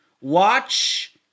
watch